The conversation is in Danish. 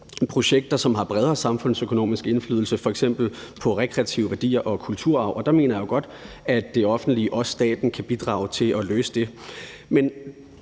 projekter, som har bredere samfundsøkonomisk indflydelse, f.eks. indflydelse på rekreative værdier og kulturarv, og der mener jeg godt, at det offentlige, herunder staten, kan bidrage til at løse det.